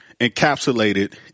encapsulated